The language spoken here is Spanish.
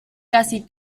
casi